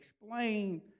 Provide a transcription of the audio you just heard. explain